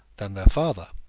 than their father.